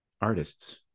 artists